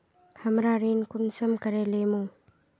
हमरा ऋण कुंसम करे लेमु?